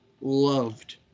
loved